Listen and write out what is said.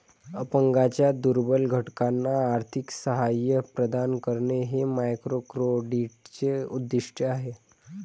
अपंगांच्या दुर्बल घटकांना आर्थिक सहाय्य प्रदान करणे हे मायक्रोक्रेडिटचे उद्दिष्ट आहे